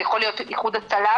זה יכול להיות איחוד הצלה,